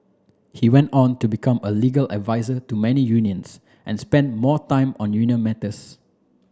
he went on to become a legal advisor to many unions and spent more time on union matters